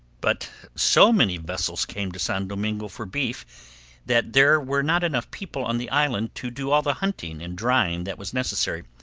but so many vessels came to san domingo for beef that there were not enough people on the island to do all the hunting and drying that was necessary,